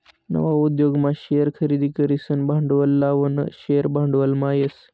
नवा उद्योगमा शेअर खरेदी करीसन भांडवल लावानं शेअर भांडवलमा येस